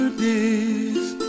days